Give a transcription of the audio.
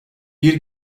bir